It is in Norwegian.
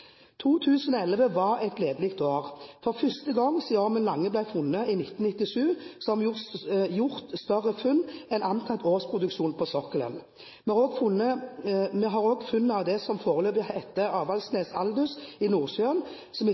2011 har vært et gledelig år. For første gang siden Ormen Lange ble funnet i 1997, har vi gjort større funn enn antatt årsproduksjon på sokkelen. Vi har også funn av det som foreløpig heter Avaldsnes/Aldous Major i Nordsjøen, som